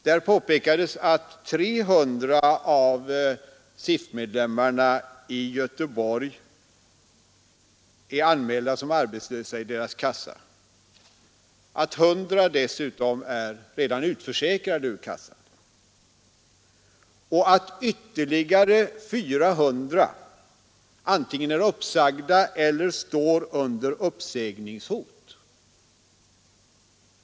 Där påpekades att 300 av SIF-medlemmarna i Göteborg är anmälda som arbetslösa i förbundets kassa, att 100 dessutom redan är utförsäkrade ur kassan och att ytterligare 400 antingen är uppsagda eller står under uppsägningshot.